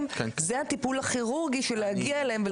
זה הטיפול הכירורגי בשביל להגיע אליהם,